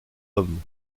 hommes